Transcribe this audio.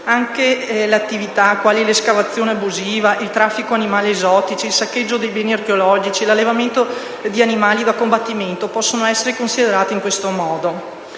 Anche attività quali l'escavazione abusiva, il traffico di animali esotici, il saccheggio dei beni archeologici e l'allevamento di animali da combattimento possono essere considerate in questo modo.